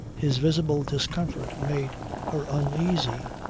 his visible discomfort made her uneasy.